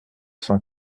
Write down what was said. cent